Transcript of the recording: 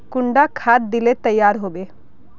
कुंडा खाद दिले तैयार होबे बे?